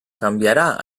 canviarà